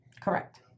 Correct